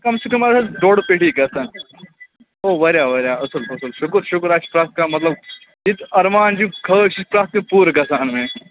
کَم سے کَم اگر ڈۄڈ پیٹھی گَژھان یہِ گَو واریاہ واریاہ اصٕل اصٕل شُکُر شُکُر اَسہِ چھُ پرٛتھ کانٛہہ مطلب یہِ تہِ ارمان چھِ خٲیِش چھِ پرٛتھ کانٛہہ پوٗرٕ گَژھان وۅنۍ